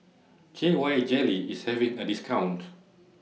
K Y Jelly IS having A discount